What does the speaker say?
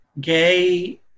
gay